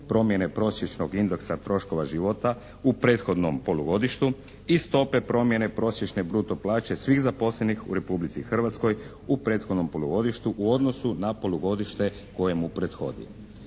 promjene prosječnog indeksa troškova života u prethodnom polugodištu i stope promjene prosječne bruto plaće svih zaposlenih u Republici Hrvatskoj u prethodnom polugodištu u odnosu na polugodište koje mu prethodi.